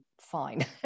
fine